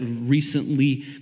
recently